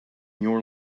your